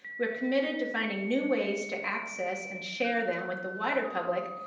we're committed to finding new ways to access and share them with the wider public,